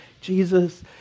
Jesus